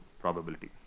probability